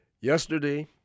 Yesterday